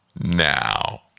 Now